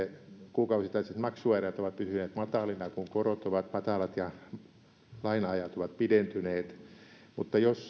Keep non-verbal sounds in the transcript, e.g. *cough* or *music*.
kuukausittaiset maksuerät ovat pysyneet matalina kun korot ovat matalat ja laina ajat ovat pidentyneet mutta jos *unintelligible*